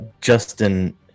Justin